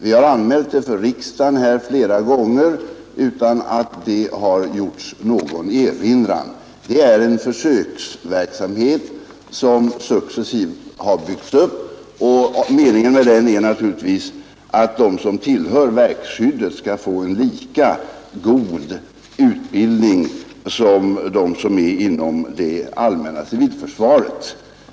Vi har anmält det för riksdagen flera gånger utan att det gjorts någon erinran. Det är en försöksverksamhet som successivt har byggts upp, och meningen med den är naturligtvis att de som tillhör verkskyddet skall få en lika god utbildning som de som är inom det allmänna civilförsvaret.